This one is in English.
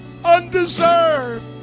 undeserved